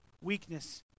Weakness